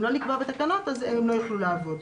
אם לא נקבע בתקנות, הם לא יוכלו לעבוד.